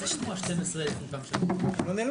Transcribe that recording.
12:40.